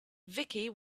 vicky